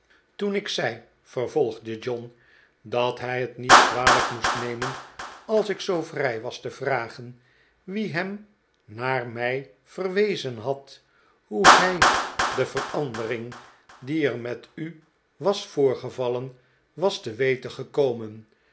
toen ik zei vervolgde john dat hij het niet kwalijk moest nemen als ik zoo vrij was te vragen wie hem naar mij verwezen had hoe hij de verandering die er met u was voorgevallen was te weten gekomen